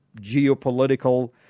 geopolitical